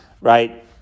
right